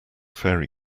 fairy